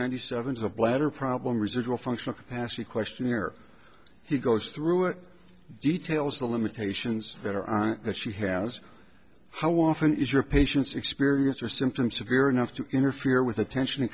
ninety seven is a bladder problem residual functional capacity questionnaire he goes through it details the limitations that are on it that she has how often is your patients experience or symptoms severe enough to interfere with attention and